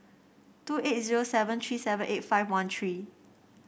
two eight zero seven three seven eight five one three